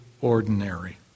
ordinary